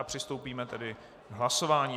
Přistoupíme tedy k hlasování.